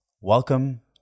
Welcome